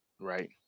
Right